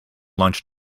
lunch